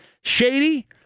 shady